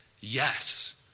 Yes